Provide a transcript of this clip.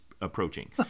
approaching